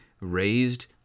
raised